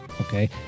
okay